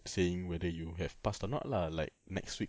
saying whether you have passed or not lah like next week